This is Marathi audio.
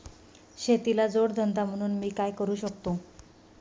शेतीला जोड धंदा म्हणून मी काय करु शकतो?